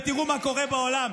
ותראו מה קורה בעולם.